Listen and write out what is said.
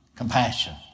Compassion